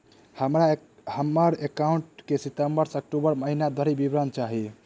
हमरा हम्मर एकाउंट केँ सितम्बर सँ अक्टूबर महीना धरि विवरण चाहि?